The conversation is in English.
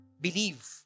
believe